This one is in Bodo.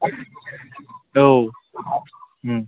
औ औ